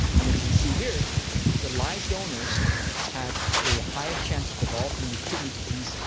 and you can see here the live donors had a higher chance of developing kidney disease,